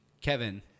Kevin